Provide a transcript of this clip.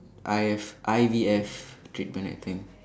I F I_V_F treatment I think